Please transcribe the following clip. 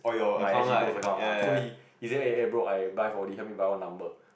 my S_G pools account ah so he say eh eh bro I buy four-D help me buy one number